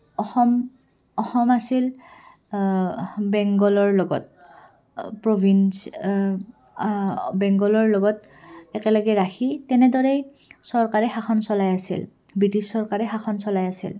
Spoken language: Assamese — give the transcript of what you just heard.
অসম অসম আছিল বেংগলৰ লগত প্ৰ'ভিঞ্চ বেংগলৰ লগত একেলগে ৰাখি তেনেদৰেই চৰকাৰে শাসন চলাই আছিল ব্ৰিটিছ চৰকাৰে শাসন চলাই আছিল